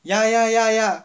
ya ya ya ya